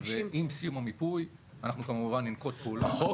ועם סיום המיפוי אנחנו כמובן ננקוט פעולות --- החוק